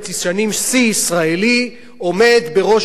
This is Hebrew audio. עומד בראש הוועדה הקרואה בחריש בלי בחירות.